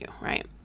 right